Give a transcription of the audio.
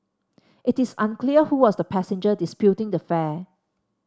it is unclear who was the passenger disputing the fare